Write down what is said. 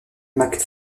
mac